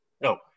No